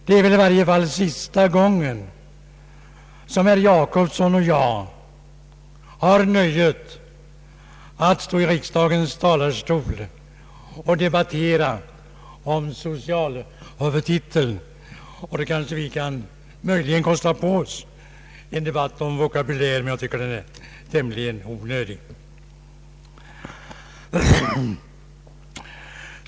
Det är ju sista gången som herr Per Jacobsson och jag har nöjet att stå i riksdagens talarstol och debattera om socialhuvudtiteln, och då tycker jag i varje fall att en sådan debatt är tämligen onödig.